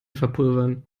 verpulvern